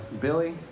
Billy